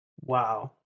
Wow